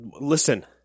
Listen